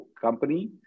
company